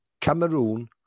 Cameroon